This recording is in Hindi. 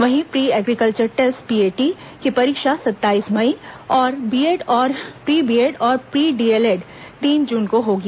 वहीं प्री एग्रीकल्चर टेस्ट पीएटी की परीक्षा सत्ताईस मई प्री बीएड और प्री डीएलएड तीन जून को होगी